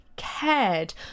Cared